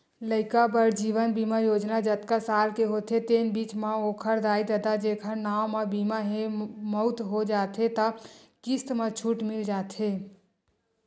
लइका बर जीवन बीमा योजना जतका साल के होथे तेन बीच म ओखर दाई ददा जेखर नांव म बीमा हे, मउत हो जाथे त किस्त म छूट मिल जाथे